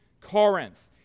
Corinth